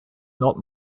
not